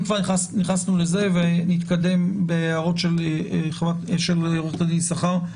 אם כבר נכנסנו לזה ונתקדם בהערות של עורכת הדין יששכר.